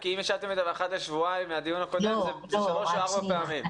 כי אם ישבתם איתם אחת לשבועיים מהדיון הקודם אז זה שלוש או ארבע פעמים.